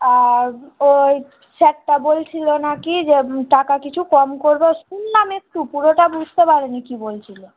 আর ওই স্যারটা বলছিলো নাকি যে টাকা কিছু কম করবে ও শুনলাম একটু পুরোটা বুঝতে পারে নি কী বলছিলো